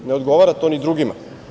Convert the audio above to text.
Ne odgovara to ni drugima.